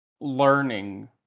learning